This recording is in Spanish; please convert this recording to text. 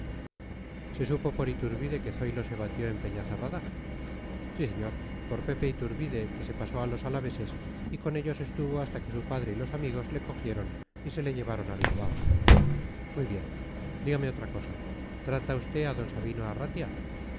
se supo por iturbide que zoilo se batió en peñacerrada sí señor por pepe iturbide que se pasó a los alaveses y con ellos estuvo hasta que su padre y los amigos le cogieron y se le llevaron a bilbao muy bien dígame otra cosa trata usted a d sabino arratia